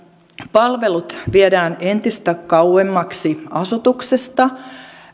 palvelut viedään entistä kauemmaksi asutuksesta